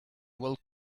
will